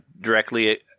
directly